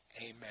Amen